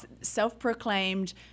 self-proclaimed